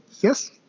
Yes